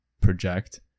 project